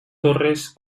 torres